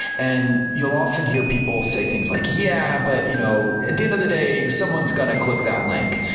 and you'll often hear people say things like, yeah, but you know at the end of the day someone's going to click that link.